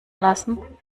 lassen